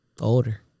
Older